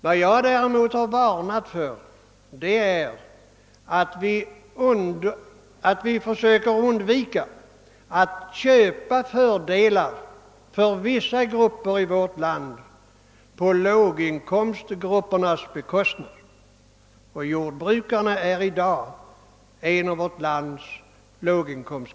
Vad jag däremot varnat för är att vi skulle försöka köpa fördelar för vissa grupper i vårt land på låginkomstgruppernas bekostnad. Och jordbrukarna är i dag en av vårt lands låginkomst